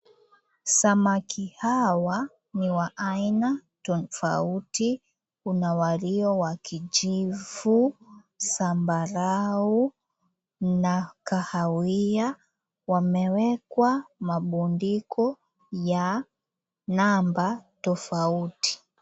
Samaki hawa ni wa aina tofauti. Kuna walio wa kijivu zambarau na kahawia, wamewekwa mabundiko ya namba tofauti.